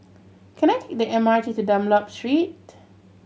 can I take the M R T to Dunlop Street